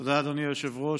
תודה, אדוני היושב-ראש.